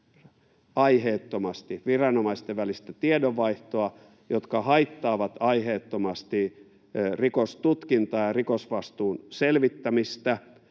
aiheettomasti viranomaisten välistä tiedonvaihtoa, jotka haittaavat aiheettomasti rikostutkintaa ja rikosvastuun selvittämistä.